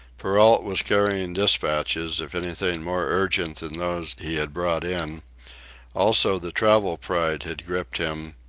perrault was carrying despatches if anything more urgent than those he had brought in also, the travel pride had gripped him,